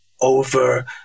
over